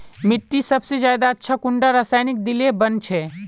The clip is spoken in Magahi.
मिट्टी सबसे ज्यादा अच्छा कुंडा रासायनिक दिले बन छै?